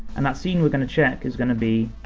and that scene we're gonna check is gonna be